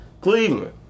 Cleveland